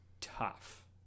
tough